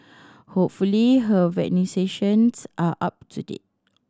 hopefully her vaccinations are up to date